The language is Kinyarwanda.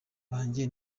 banjye